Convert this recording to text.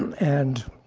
and